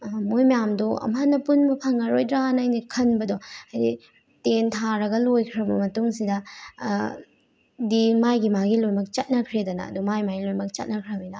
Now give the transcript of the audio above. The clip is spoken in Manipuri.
ꯃꯣꯏ ꯃꯌꯥꯝꯗꯣ ꯑꯃꯨꯛꯍꯟ ꯄꯨꯟꯕ ꯐꯪꯉꯔꯣꯏꯗ꯭ꯔꯥ ꯍꯥꯏꯅ ꯑꯩꯅ ꯈꯟꯕꯗꯣ ꯍꯥꯏꯗꯤ ꯇꯦꯟ ꯊꯥꯔꯒ ꯂꯣꯏꯈ꯭ꯔꯕ ꯃꯇꯨꯡꯁꯤꯗ ꯃꯥꯒꯤ ꯃꯥꯒꯤ ꯂꯣꯏꯃꯛ ꯆꯠꯅꯈ꯭ꯔꯦꯗꯅ ꯑꯗꯨ ꯃꯥꯏ ꯃꯥꯏ ꯂꯣꯏꯃꯛ ꯆꯠꯅꯈ꯭ꯔꯃꯤꯅ